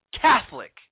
Catholic